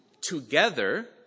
together